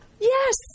Yes